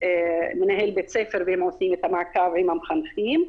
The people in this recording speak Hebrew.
מנהל בית-ספר, והם עושים את המעקב עם המחנכים.